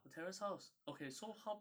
the terrace house okay so how